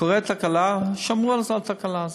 קרתה תקלה, שמעו על התקלה הזאת.